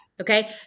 okay